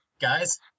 guys